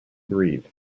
breathe